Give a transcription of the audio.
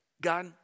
God